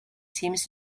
seems